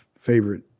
favorite